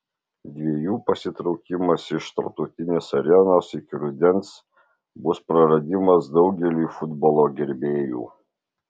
dviejų pasitraukimas iš tarptautinės arenos iki rudens bus praradimas daugeliui futbolo gerbėjų